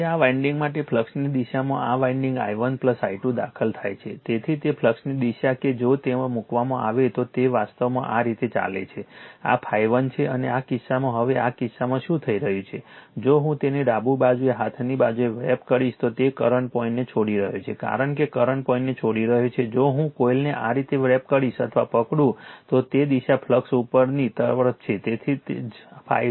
હવે આ વાન્ડિંગ માટે ફ્લક્સની દિશામાં આ વાન્ડિંગ i1 i2 દાખલ થાય છે તેથી તે ફ્લક્સની દિશા કે જો તેને ત્યાં મૂકવામાં આવે તો તે વાસ્તવમાં આ રીતે ચાલે છે આ ∅1 છે અને આ કિસ્સામાં હવે આ કિસ્સામાં શું થઈ રહ્યું છે જો હું તેને ડાબી બાજુએ હાથની બાજુએ વ્રેપ કરીશ તો તે કરંટ પોઇન્ટને છોડી રહ્યો છે કારણ કે કરંટ પોઇન્ટને છોડી રહ્યો છે જો હું કોઇલને આ રીતે વ્રેપ કરીશ અથવા પકડું તો તે દિશા ફ્લક્સ ઉપરની તરફ છે તેથી જ ∅2 ઉપરની તરફ છે